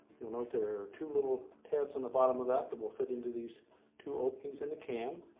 you'll note there are two little tabs on the bottom of that that will fit into these two openings in the cam.